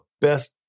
best